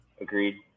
Agreed